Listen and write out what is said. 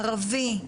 ערבי.